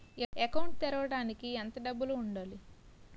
Account తెరవడానికి ఎంత డబ్బు ఉండాలి?